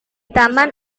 taman